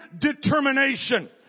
determination